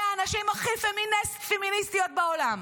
אלו הנשים הכי פמיניסטיות בעולם.